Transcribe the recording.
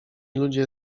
ludzie